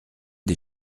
des